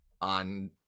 on